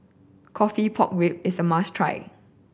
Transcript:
coffee pork ribs is a must try